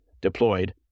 deployed